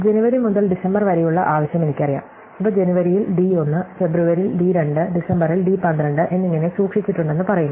ജനുവരി മുതൽ ഡിസംബർ വരെയുള്ള ആവശ്യം എനിക്കറിയാം ഇവ ജനുവരിയിൽ ഡി 1 ഫെബ്രുവരിയിൽ ഡി 2 ഡിസംബറിൽ ഡി 12 എന്നിങ്ങനെ സൂക്ഷിച്ചിട്ടുണ്ടെന്ന് പറയുന്നു